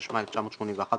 התשמ"א 1981,